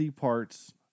parts